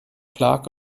clark